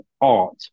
art